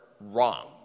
wrong